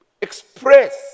express